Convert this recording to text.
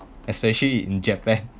especially in japan